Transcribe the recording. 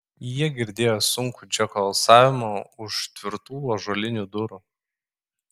jie girdėjo sunkų džeko alsavimą už tvirtų ąžuolinių durų